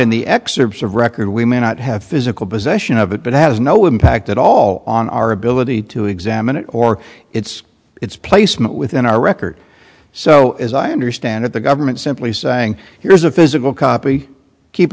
in the excerpts of record we may not have physical possession of it but has no impact at all on our ability to examine it or its its placement within our record so as i understand it the government simply saying here's a physical copy keep